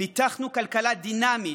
פיתחנו כלכלה דינמית,